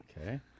Okay